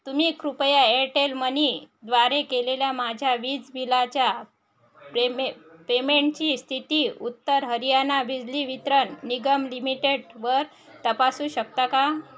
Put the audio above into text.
तुम्ही कृपया एअरटेल मनीद्वारे केलेल्या माझ्या वीज बिलाच्या पेमे पेमेंटची स्थिती उत्तर हरियाणा बिजली वितरण निगम लिमिटेडवर तपासू शकता का